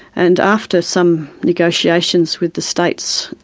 and after some negotiations with the states,